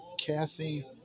Kathy